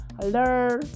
Hello